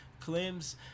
claims